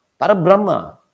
Parabrahma